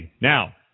Now